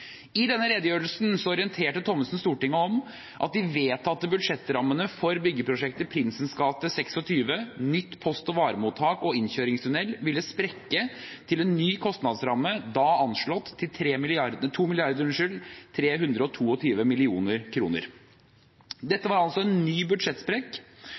I den redegjørelsen orienterte Olemic Thommessen Stortinget om at de vedtatte budsjettrammene for byggeprosjektet «Prinsens gate 26, nytt post- og varemottak og innkjøringstunnel» ville sprekke til en ny kostnadsramme, da anslått til 2 320 mill. kr. Dette var altså en ny budsjettsprekk etter at Stortinget våren og